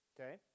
okay